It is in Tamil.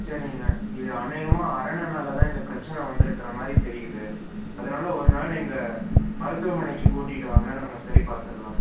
சரிங்க இது அநேகமாக அரணைனால தான் இந்த பிரச்சனை வந்திருக்குற மாதிரி தெரியுது அதனால ஒரு நாள் எங்கள் மருத்துவமனைக்கு கூட்டிகிட்டு வாங்க நம்ம சரிபாத்துடலாம்